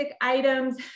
items